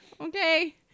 Okay